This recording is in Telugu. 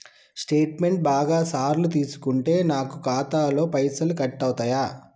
స్టేట్మెంటు బాగా సార్లు తీసుకుంటే నాకు ఖాతాలో పైసలు కట్ అవుతయా?